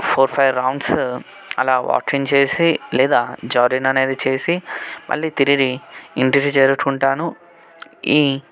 four five rounds అలా walking చేసి లేదా జాగింగ్ అనేది చేసి మళ్ళీ తిరిగి ఇంటికి చేరుకుంటాను ఈ